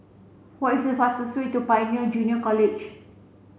what is the fastest way to Pioneer Junior College